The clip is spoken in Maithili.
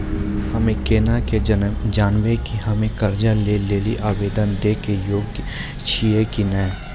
हम्मे केना के जानबै कि हम्मे कर्जा लै लेली आवेदन दै के योग्य छियै कि नै?